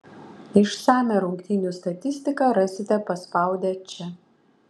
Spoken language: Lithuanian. išsamią rungtynių statistiką rasite paspaudę čia